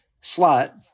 slot